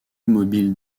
immobile